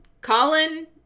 Colin